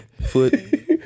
foot